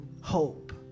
hope